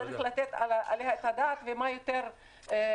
צריך לתת עליה את הדעת ומה יותר כבד,